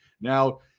Now